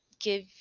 give